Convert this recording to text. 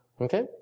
Okay